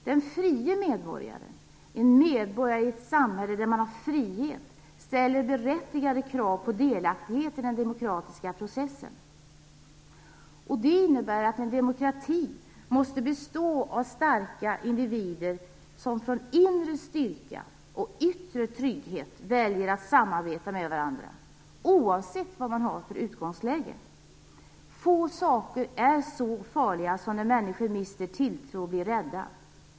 Den fria medborgaren - en medborgare i ett samhälle med frihet - ställer berättigade krav på delaktighet i den demokratiska processen. Det innebär att en demokrati måste bestå av starka individer som av inre styrka och yttre trygghet väljer att samarbeta med varandra oavsett utgångsläge. Få saker är så farliga som när människor mister tilltro och blir rädda.